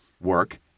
work